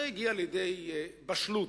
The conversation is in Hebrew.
וזה הגיע לידי בשלות,